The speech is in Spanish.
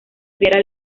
primera